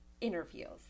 interviews